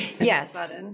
Yes